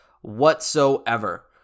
whatsoever